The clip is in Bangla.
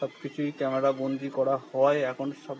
সব কিছুই ক্যামেরা বন্দী করা হয় একন সব